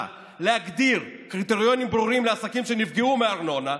להגדיר קריטריונים ברורים לעסקים שנפגעו מארנונה,